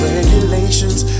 regulations